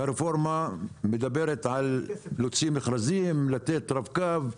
הרפורמה מדברת על להוציא מכרזים, לתת רב קו.